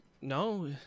No